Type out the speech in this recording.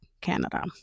Canada